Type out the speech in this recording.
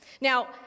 Now